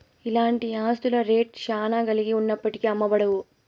ఇలాంటి ఆస్తుల రేట్ శ్యానా కలిగి ఉన్నప్పటికీ అమ్మబడవు